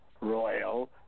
Royal